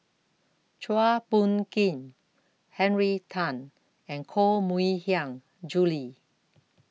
Chua Phung Kim Henry Tan and Koh Mui Hiang Julie